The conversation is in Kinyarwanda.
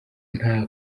nta